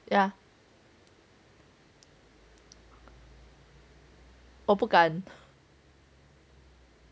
ya 我不敢